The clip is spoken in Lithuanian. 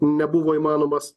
nebuvo įmanomas